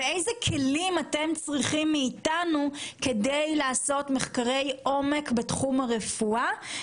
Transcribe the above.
ואיזה כלים אתם צריכים מאתנו כדי לעשות מחקרי עומק בתחום הרפואה,